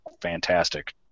Fantastic